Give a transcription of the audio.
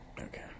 Okay